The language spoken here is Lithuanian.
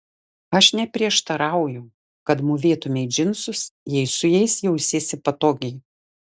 aš neprieštarauju kad mūvėtumei džinsus jei su jais jausiesi patogiai